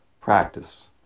practice